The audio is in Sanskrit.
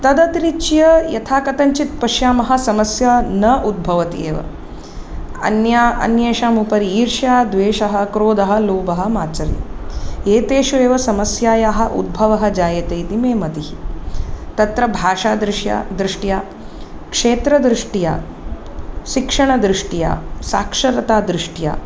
तदतिरिच्य यथाकथञ्चित् पश्यामः समस्या न उद्भवति एव अन्या अन्येषामुपरि ईर्ष्या द्वेषः क्रोधः लोभः मात्सर्य एतेषु एव समस्यायाः उद्भवः जायते इति मे मतिः तत्र भाषादृश्या भाषादृष्ट्या क्षेत्रदृष्ट्या शिक्षणदृष्ट्या साक्षरतादृष्ट्या